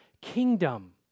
kingdom